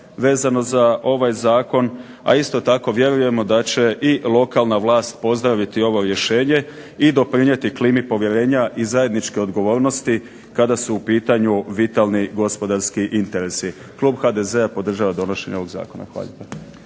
vezano za ovaj Zakon, a isto tako vjerujemo da će lokalna vlast pozdraviti ovo rješenje i doprinijeti klimi povjerenja i zajedničke odgovornosti kada su u pitanju vitalni gospodarski interesi. Klub HDZ-a podržava donošenje ovog Zakona.